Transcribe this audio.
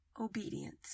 obedience